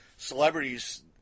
celebrities